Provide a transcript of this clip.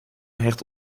hecht